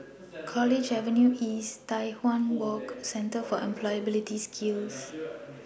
College Avenue East Tai Hwan Walk and Centre For Employability Skills